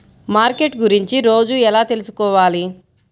Market గురించి రోజు ఎలా తెలుసుకోవాలి?